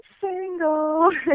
Single